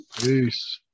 peace